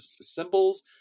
symbols